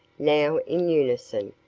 now in unison,